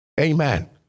Amen